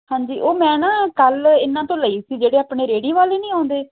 ਹਾਂਜੀ ਉਹ ਮੈਂ ਨਾ ਕੱਲ੍ਹ ਇਹਨਾਂ ਤੋਂ ਲਈ ਸੀ ਜਿਹੜੇ ਆਪਣੇ ਰੇਹੜੀ ਵਾਲੇ ਨਹੀਂ ਆਉਂਦੇ